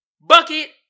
Bucket